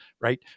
right